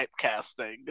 Typecasting